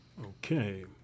okay